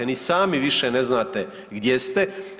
Ni sami više ne znate gdje ste.